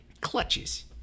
clutches